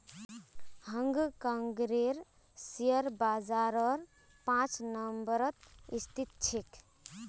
हांग कांगेर शेयर बाजार पांच नम्बरत स्थित छेक